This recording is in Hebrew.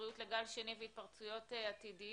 הבריאות לגל שני והתפרצויות עתידיות.